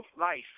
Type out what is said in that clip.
life